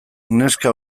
neska